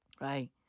Right